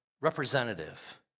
representative